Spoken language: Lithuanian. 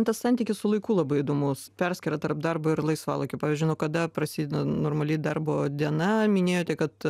tas santykis su laiku labai įdomus perskyra tarp darbo ir laisvalaikio pavyzdžiui nuo kada prasideda normali darbo diena minėjote kad